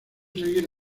seguir